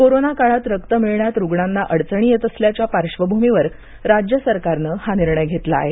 corona काळात रक्त मिळण्यात रुग्णांना अडचणी येत असल्याच्या पार्श्वभूमीवर राज्य सरकारनं हा निर्णय घेतला आहे